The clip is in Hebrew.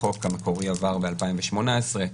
החוק המקורי עבר ב-2018,